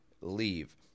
leave